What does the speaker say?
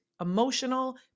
emotional